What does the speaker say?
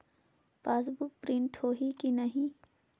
Passbook print होही कि नहीं?